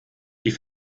die